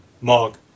Mog